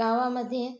गावामध्ये